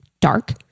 dark